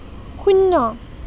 শূন্য